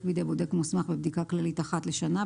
בידי בודק מוסמך בבדיקה כללית אחת לשנה,